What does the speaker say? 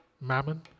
mammon